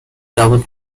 double